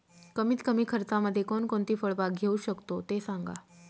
कमीत कमी खर्चामध्ये कोणकोणती फळबाग घेऊ शकतो ते सांगा